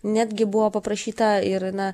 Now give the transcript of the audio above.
netgi buvo paprašyta ir na